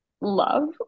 love